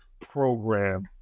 program